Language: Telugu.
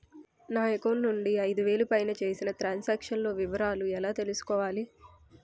నా అకౌంట్ నుండి ఐదు వేలు పైన చేసిన త్రం సాంక్షన్ లో వివరాలు ఎలా తెలుసుకోవాలి?